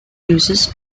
uses